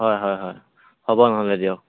হয় হয় হয় হ'ব নহ'লে দিয়ক